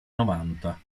novanta